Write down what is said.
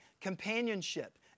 companionship